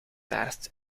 taart